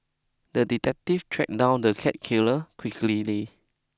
the detective tracked down the cat killer quickly